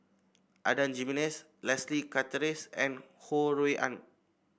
Adan Jimenez Leslie Charteris and Ho Rui An